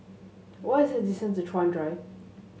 what is the distance Chuan Drive